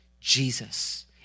Jesus